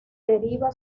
deriva